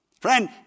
Friend